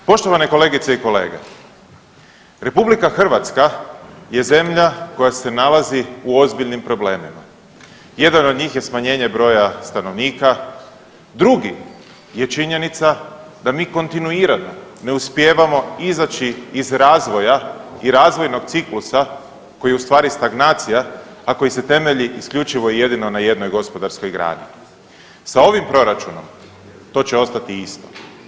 Poštovane kolegice i kolege, RH je zemlja koja se nalazi u ozbiljnim problemima, jedan od njih je smanjenje broja stanovnika, drugi je činjenica da mi kontinuirano ne uspijevamo izaći iz razvoja i razvojnog ciklusa koji je ustvari stagnacija, a koji se temelji isključivo i jedino na jednoj gospodarskoj grani, sa ovim proračunom to će ostati isto.